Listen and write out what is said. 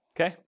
okay